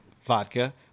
Vodka